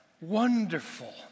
wonderful